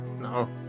No